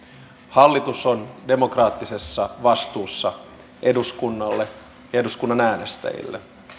hallitus on demokraattisessa vastuussa eduskunnalle ja eduskunnan äänestäjille